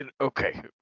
okay